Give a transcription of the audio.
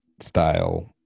style